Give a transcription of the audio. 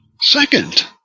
second